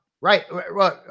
Right